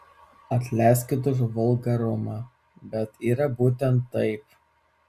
atleiskit už vulgarumą bet yra būtent taip